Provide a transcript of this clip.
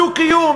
בדו-קיום,